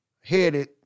headed